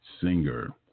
singer